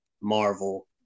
Marvel